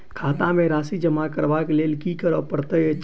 खाता मे राशि जमा करबाक लेल की करै पड़तै अछि?